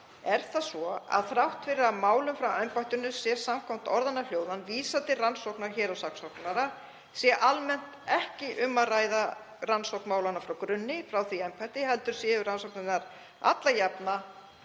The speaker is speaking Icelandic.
er það svo að þrátt fyrir að málum frá embættinu sé samkvæmt orðanna hljóðan vísað til rannsóknar héraðssaksóknara sé almennt ekki um að ræða rannsókn málanna frá grunni frá því embætti heldur séu rannsóknirnar alla jafna